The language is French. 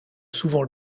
souvent